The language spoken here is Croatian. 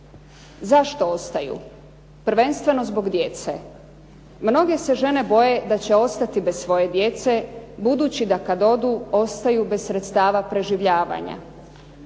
Zašto ostaju? Prvenstveno zbog djece. Mnoge se žene boje da će ostati bez svoje djece, budući da kad odu ostaju bez sredstava preživljavanja.